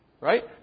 Right